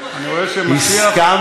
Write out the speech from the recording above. משיח